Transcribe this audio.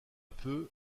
peu